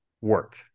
work